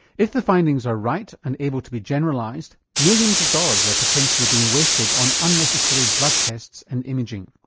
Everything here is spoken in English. if the findings are right and able to be generalised, millions of dollars are potentially being wasted on unnecessary blood tests and imaging.